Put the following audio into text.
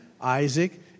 Isaac